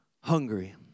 hungry